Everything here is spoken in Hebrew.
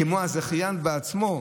כמו הזכיין בעצמו,